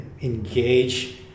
Engage